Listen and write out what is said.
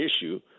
issue